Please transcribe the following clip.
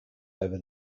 over